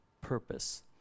purpose